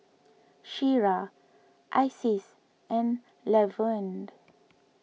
Shira Isis and Lavonne